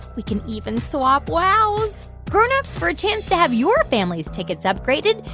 we can even swap wows grown-ups, for a chance to have your family's tickets upgraded,